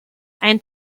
ein